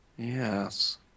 Yes